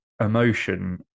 emotion